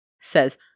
says